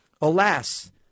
Alas